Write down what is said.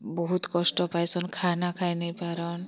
ବହୁତ୍ କଷ୍ଟ୍ ପାଇଛନ୍ ଖାନା ଖାଇ ନେଇ ପାରନ୍